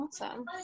Awesome